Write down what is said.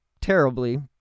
terribly